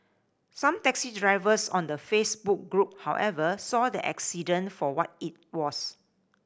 some taxi drivers on the Facebook group however saw the accident for what it was